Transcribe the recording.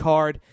Card